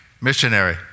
missionary